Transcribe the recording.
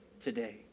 today